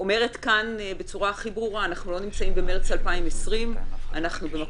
אני אומרת כאן בצורה הכי ברורה: אנחנו לא נמצאים במרץ 2020,